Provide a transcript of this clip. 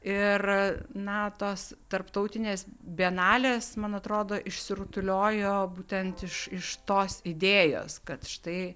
ir na tos tarptautinės bienalės man atrodo išsirutuliojo būtent iš iš tos idėjos kad štai